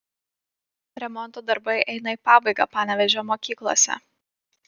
remonto darbai eina į pabaigą panevėžio mokyklose